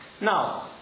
Now